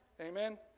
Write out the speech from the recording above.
Amen